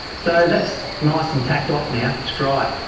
so that's nice and tacked off now, it's dry.